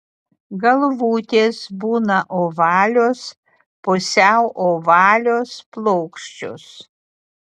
galvutės būna ovalios pusiau ovalios plokščios